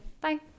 bye